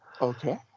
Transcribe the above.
Okay